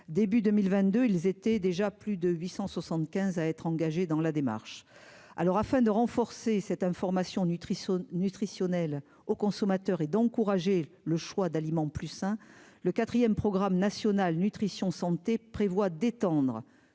début 2022, ils étaient déjà plus de 875 à être engagée dans la démarche alors afin de renforcer cette information nutrition nutritionnelles au consommateur et d'encourager le choix d'aliments plus sains, le 4ème programme national nutrition santé prévoit d'étendre